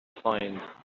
find